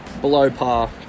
below-par